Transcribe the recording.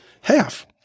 half